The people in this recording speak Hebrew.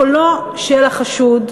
קולו של החשוד,